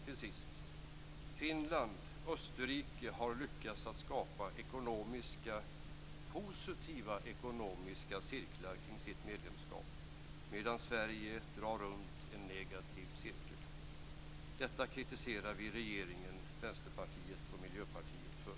Till sist: Finland och Österrike har lyckats skapa positiva ekonomiska cirklar kring sitt medlemskap, medan Sverige drar runt i en negativ cirkel. Detta kritiserar vi regeringen, Vänsterpartiet och Miljöpartiet för.